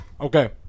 Okay